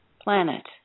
planet